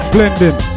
Blending